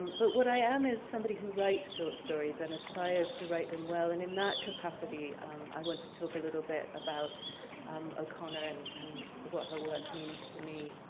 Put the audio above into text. but what i am is somebody who writes short stories and aspires to write them well. and in that capacity i want to talk a little bit about o'connor and and what her work means to me.